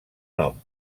nom